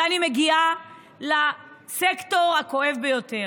ואני מגיעה לסקטור הכואב ביותר,